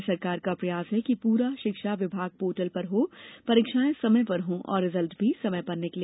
राज्य सरकार का प्रयास है कि पूरा शिक्षा विभाग पोर्टल पर हों परीक्षाएं समय पर हो और रिजल्ट भी समय पर निकले